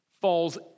falls